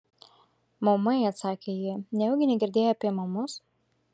maumai atsakė ji nejaugi negirdėjai apie maumus